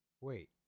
Wait